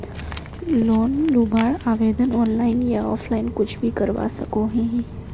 Loan लुबार आवेदन online या ऑफलाइन कुछ भी करवा सकोहो ही?